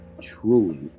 truly